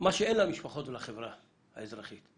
מה שאין למשפחות ולחברה האזרחית.